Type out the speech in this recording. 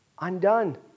undone